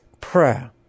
prayer